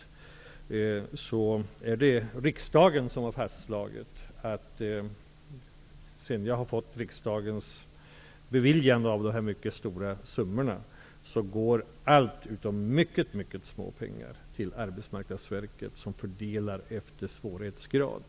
Det är riksdagen som har fastslagit att -- efter riksdagens beviljande av dessa stora summor -- allt utom en mycket liten del skall gå till Arbetsmarknadsverket, som fördelar efter svårhetsgrad.